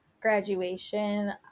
graduation